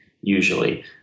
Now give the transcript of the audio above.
usually